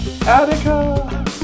Attica